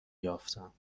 یافتم